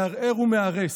מערער ומהרס,